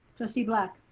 trustee black.